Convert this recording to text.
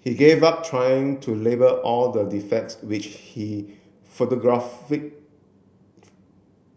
he gave up trying to label all the defects which he photographic